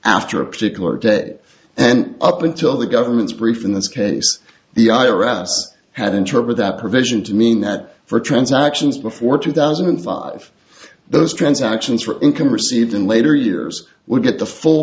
after a particular debt and up until the government's brief in this case the iraqis had interpret that provision to mean that for transactions before two thousand and five those transactions for income received in later years would get the full